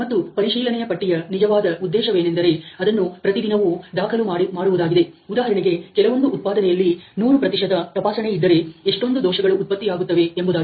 ಮತ್ತು ಪರಿಶೀಲನೆಯ ಪಟ್ಟಿಯ ನಿಜವಾದ ಉದ್ದೇಶವೇನೆಂದರೆ ಅದನ್ನು ಪ್ರತಿದಿನವೂ ದಾಖಲು ಮಾಡುವುದಾಗಿದೆ ಉದಾಹರಣೆಗೆ ಕೆಲವೊಂದು ಉತ್ಪಾದನೆಯಲ್ಲಿ100 ತಪಾಸಣೆ ಇದ್ದರೆ ಎಷ್ಟೊಂದು ದೋಷಗಳು ಉತ್ಪತ್ತಿಯಾಗುತ್ತವೆ ಎಂಬುದಾಗಿದೆ